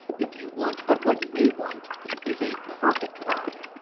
if you want. but what we want is a perfect rhyme.